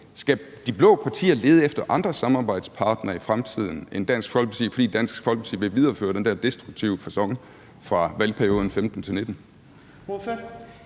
Skal de blå partier lede efter andre samarbejdspartnere end Dansk Folkeparti i fremtiden, fordi Dansk Folkeparti vil videreføre den der destruktive facon fra valgperioden 2015-2019?